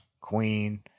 queen